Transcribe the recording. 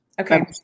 Okay